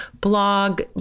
blog